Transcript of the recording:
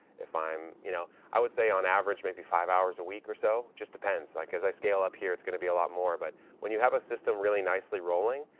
if i'm, you know, i would say on average, maybe five hours a week or so, just depends. like, as i scale up here it's going to be a lot more. but when you have a system really nicely rolling,